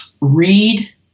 read